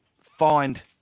find